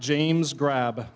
james grab